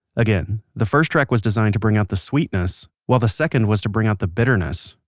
again, the first track was designed to bring out the sweetness, while the second was to bring out the bitterness.